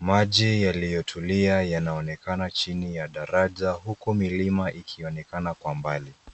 Maji yaliyotulia yanaonekana chini ya daraja huku milima ikionekana kwa mbali.